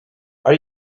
are